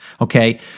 okay